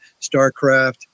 StarCraft